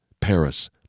Paris